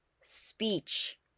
Speech